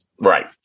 Right